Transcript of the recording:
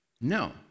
No